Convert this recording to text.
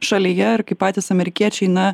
šalyje ar kaip patys amerikiečiai na